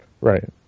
Right